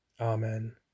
Amen